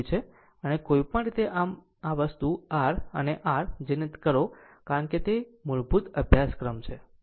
આમ કોઈપણ રીતે આમ આ વસ્તુ r અને r છે જેને કરો કારણ કે તે મૂળભૂત અભ્યાસક્રમ છે